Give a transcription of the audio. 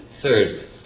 third